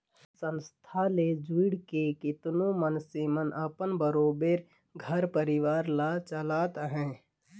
संस्था ले जुइड़ के केतनो मइनसे मन अपन बरोबेर घर परिवार ल चलात अहें